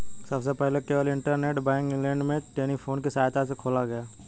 सबसे पहले केवल इंटरनेट बैंक इंग्लैंड में टेलीफोन की सहायता से खोला गया